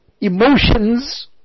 emotions